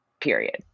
Period